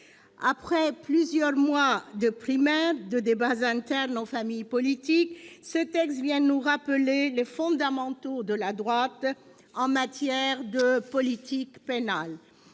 Après plusieurs mois de primaires, de débats internes aux familles politiques, ce texte vient nous rappeler les fondamentaux de la droite en matière de politique pénale